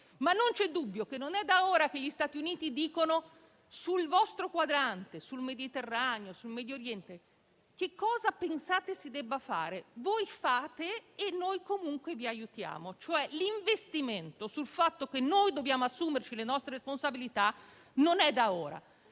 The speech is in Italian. Non c'è dubbio che non è da ora che gli Stati Uniti dicono: sul vostro quadrante, sul Mediterraneo e sul Medioriente, che cosa pensate si debba fare? Voi fate e noi comunque vi aiutiamo. L'investimento sul fatto che noi dobbiamo assumerci le nostre responsabilità non è da ora,